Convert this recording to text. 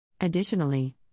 Additionally